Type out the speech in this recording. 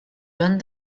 joan